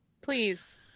please